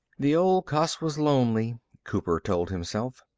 the old cuss was lonely, cooper told himself.